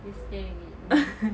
just stare at it you